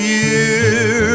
year